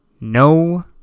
No